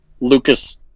lucas